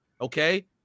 Okay